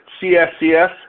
C-S-C-S